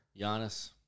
Giannis